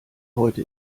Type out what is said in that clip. heute